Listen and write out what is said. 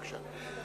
בבקשה.